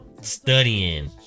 studying